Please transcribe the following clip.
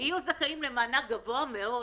יהיו זכאים למענק גבוה מאוד,